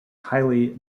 highly